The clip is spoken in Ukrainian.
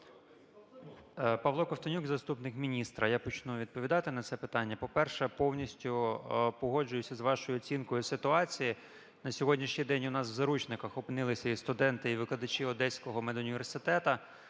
Павло Ковтонюк, заступник міністра. Я почну відповідати на це питання. По-перше, повністю погоджуюся з вашою оцінкою ситуації. На сьогоднішній день у нас в заручниках опинилися і студенти, і викладачі Одеського медуніверситету.